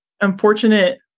unfortunate